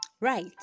Right